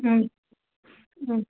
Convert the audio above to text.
ಹ್ಞೂ ಹ್ಞೂ